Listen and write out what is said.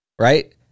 Right